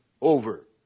over